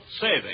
saving